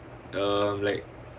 um like